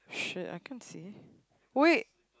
shit I can't see wait